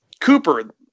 cooper